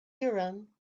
urim